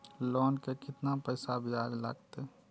Loan के केतना पैसा ब्याज लागते?